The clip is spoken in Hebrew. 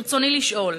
רצוני לשאול: